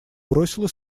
бросило